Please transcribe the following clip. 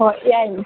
ꯍꯣꯏ ꯌꯥꯅꯤ